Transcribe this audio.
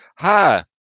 Hi